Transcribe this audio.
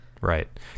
Right